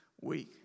week